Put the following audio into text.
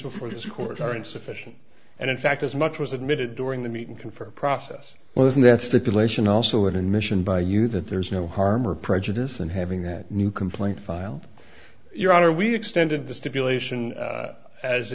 before this court are insufficient and in fact as much was admitted during the meeting confer process well isn't that stipulation also it in mission by you that there's no harm or prejudice and having that new complaint filed your honor we extended the stipulation